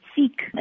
seek